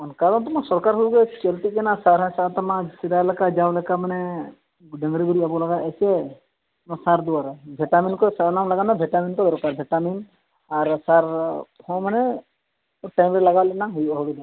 ᱚᱱᱠᱟ ᱫᱚᱢᱟ ᱥᱚᱨᱠᱟᱨ ᱦᱳᱲᱳ ᱜᱮ ᱪᱟᱹᱞᱛᱤᱜ ᱠᱟᱱᱟ ᱥᱟᱨ ᱦᱚᱭ ᱥᱟᱦᱟᱣ ᱛᱟᱢᱟ ᱥᱮᱫᱟᱭ ᱞᱮᱠᱟ ᱡᱟᱣ ᱞᱮᱠᱟ ᱢᱟᱱᱮ ᱰᱟᱹᱝᱨᱤ ᱜᱩᱨᱤᱡ ᱵᱟᱵᱚ ᱞᱟᱜᱟᱣᱮᱜᱼᱟ ᱥᱮ ᱥᱟᱨ ᱫᱟᱣᱟᱨᱟ ᱵᱷᱮᱴᱟᱢᱤᱱ ᱥᱟᱢᱟᱢ ᱞᱟᱜᱟᱣᱮᱜᱼᱟ ᱵᱷᱮᱴᱟᱢᱤᱱ ᱠᱚ ᱫᱚᱨᱠᱟᱨ ᱵᱷᱮᱴᱟᱢᱤᱱ ᱟᱨ ᱥᱟᱨ ᱦᱚᱸ ᱢᱟᱱᱮ ᱴᱟᱭᱤᱢ ᱨᱮ ᱞᱟᱜᱟᱣ ᱞᱮᱱᱟ ᱦᱩᱭᱩᱜᱼᱟ ᱦᱳᱲᱳ ᱫᱚ